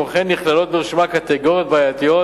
כמו כן נכללות ברשימה קטגוריות בעייתיות